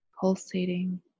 pulsating